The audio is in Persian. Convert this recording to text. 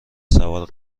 سوار